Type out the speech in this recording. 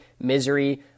Misery